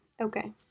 Okay